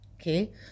Okay